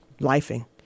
lifing